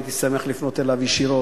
הייתי שמח לפנות אליו ישירות.